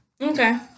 Okay